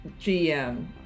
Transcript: GM